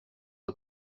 att